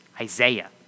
Isaiah